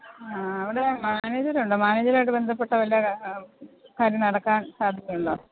ആ അവിടെ മാനേജരുണ്ടോ മാനേജരുമായിട്ട് ബന്ധപ്പെട്ട വല്ല ക കാര്യം നടക്കാൻ സാധ്യതയുണ്ടോ